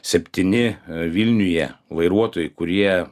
septyni vilniuje vairuotojai kurie